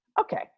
Okay